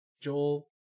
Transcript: Joel